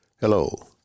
Hello